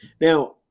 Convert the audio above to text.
Now